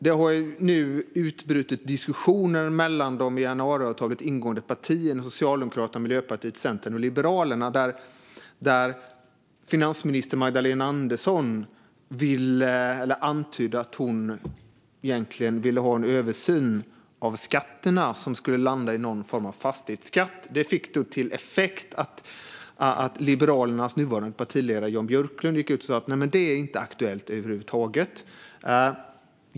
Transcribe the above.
Det har nu utbrutit diskussioner mellan de i januariavtalet ingående partierna, det vill säga Socialdemokraterna, Miljöpartiet, Centern och Liberalerna. Finansminister Magdalena Andersson antydde att hon egentligen ville ha en översyn av skatterna, vilket skulle landa i någon form av fastighetsskatt. Det fick till effekt att Liberalernas nuvarande partiledare Jan Björklund gick ut och sa att det inte var aktuellt över huvud taget.